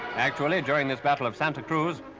actually, during this battle of santa cruz,